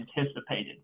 anticipated